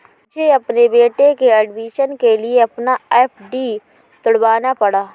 मुझे अपने बेटे के एडमिशन के लिए अपना एफ.डी तुड़वाना पड़ा